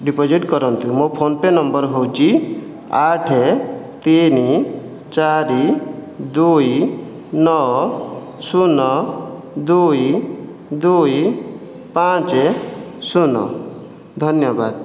deposit କରନ୍ତୁ ମୋ' PhonePe number ହେଉଛି ଆଠ ତିନି ଚାରି ଦୁଇ ନଅ ଶୂନ ଦୁଇ ଦୁଇ ପାଞ୍ଚ ଶୂନ ଧନ୍ୟବାଦ